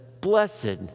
blessed